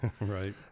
Right